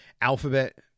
Alphabet